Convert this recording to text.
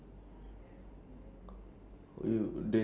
wait wait just now what they say when you went out of the room